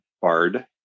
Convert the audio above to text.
bard